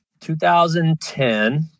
2010